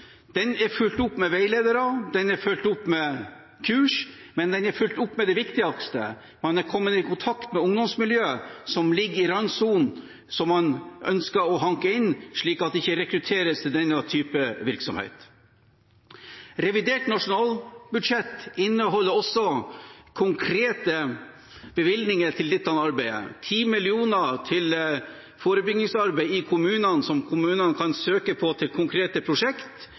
Den er fulgt opp med veiledere, den er fulgt opp med kurs, og den er fulgt opp med det viktigste – man har kommet i kontakt med ungdomsmiljøer som ligger i randsonen, som man ønsker å hanke inn, slik at de ikke rekrutterer til denne type virksomhet. Revidert nasjonalbudsjett inneholder også konkrete bevilgninger til dette arbeidet – 10 mill. kr til forebyggingsarbeid i kommunene, som de kan søke på til konkrete prosjekt,